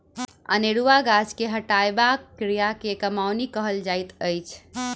अनेरुआ गाछ के हटयबाक क्रिया के कमौनी कहल जाइत अछि